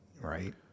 Right